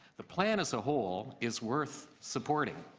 the plan as a whole is worth supporting,